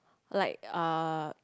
like uh